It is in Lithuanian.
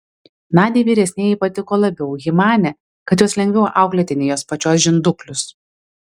nadiai vyresnieji patiko labiau ji manė kad juos lengviau auklėti nei jos pačios žinduklius